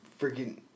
freaking